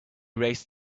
raised